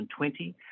2020